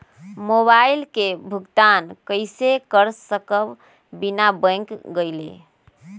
Mobile के भुगतान कईसे कर सकब बिना बैंक गईले?